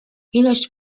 ilość